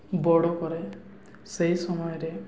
ବଡ଼ କରେ ସେହି ସମୟରେ